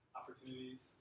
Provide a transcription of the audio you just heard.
opportunities